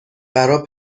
برا